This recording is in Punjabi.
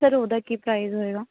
ਸਰ ਉਹਦਾ ਕੀ ਪ੍ਰਾਈਜ ਹੋਵੇਗਾ